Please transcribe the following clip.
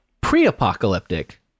pre-apocalyptic